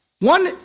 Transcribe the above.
One